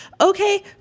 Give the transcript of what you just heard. Okay